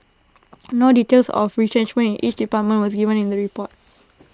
no details of retrenchment in each department was given in the report